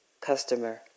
Customer